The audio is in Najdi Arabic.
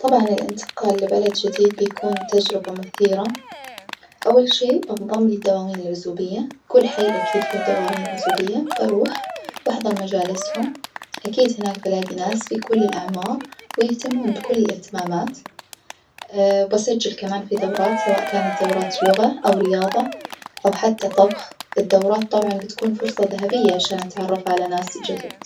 طبعاً الانتقال لبلد جديد بيكون تجربة مثيرة، أول شي بنضم لدوامين العزوبية، كل حي أكيد له دوامين عزوبية، بروح وأحضر مجالسهم أكيد هناك بلاجي ناس في كل الأعمار ويهتمون بكل الاهتمامات وبسجل كمان في دورات سواء كانت دورات لغة أو رياضة أو حتى طبخ، الدورات طبعاً بتكون فرصة ذهبية عشان أتعرف على ناس جدد.